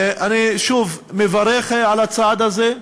אני שוב מברך על הצעד הזה,